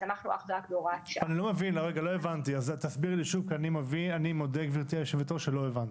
תסבירי לי שוב כי אני מודה שלא הבנתי.